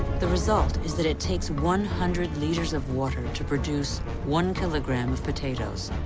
the result is that it takes one hundred liters of water to produce one kilogram of potatoes,